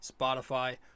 Spotify